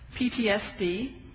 PTSD